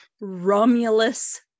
Romulus